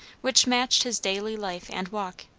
which matched his daily life and walk.